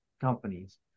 companies